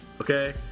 okay